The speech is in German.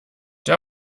der